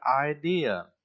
idea